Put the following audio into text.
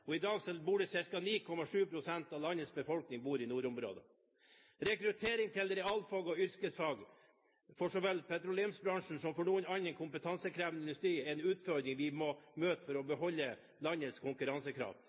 folketallet. I dag bor ca. 9,7 pst. av landets befolkning i nordområdene. Rekruttering til realfag og yrkesfag for så vel petroleumsbransjen som for annen kompetansekrevende industri er en utfordring vi må møte for å beholde landets konkurransekraft.